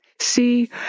See